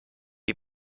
die